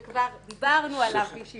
וכבר דיברנו עליו בישיבות קודמות.